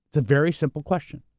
it's a very simple question.